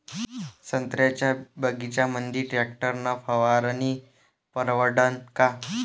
संत्र्याच्या बगीच्यामंदी टॅक्टर न फवारनी परवडन का?